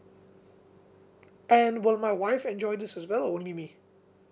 and will my wife enjoy this as well or only me